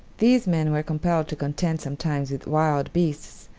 these men were compelled to contend sometimes with wild beasts,